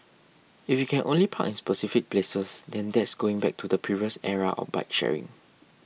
if you can only park in specific places then that's going back to the previous era of bike sharing